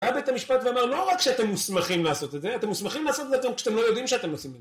בא בית המשפט ואמר לא רק שאתם מוסמכים לעשות את זה, אתם מוסמכים לעשות את זה כשאתם לא יודעים שאתם עושים את זה.